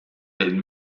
and